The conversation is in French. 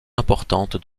importante